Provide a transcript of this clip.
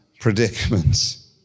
predicaments